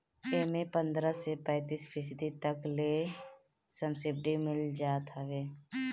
एमे पन्द्रह से पैंतीस फीसदी तक ले सब्सिडी मिल जात हवे